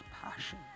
passion